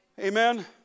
Amen